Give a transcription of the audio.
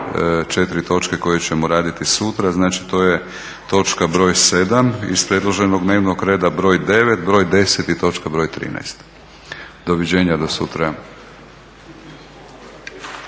bih 4 točke koje ćemo raditi sutra. Znači to je točka broj 7. iz predloženog dnevnog reda, broj 9., broj 10. i točka broj 13. Doviđenja do sutra.